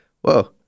Whoa